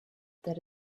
that